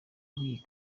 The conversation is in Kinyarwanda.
nkiyi